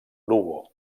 lugo